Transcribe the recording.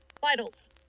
vitals